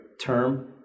term